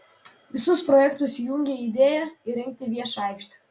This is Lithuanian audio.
visus projektus jungia idėja įrengti viešą aikštę